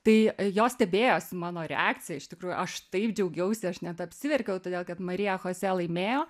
tai jos stebėjosi mano reakcija iš tikrųjų aš taip džiaugiausi aš net apsiverkiau todėl kad marija chose laimėjo